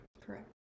Correct